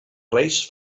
reis